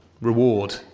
reward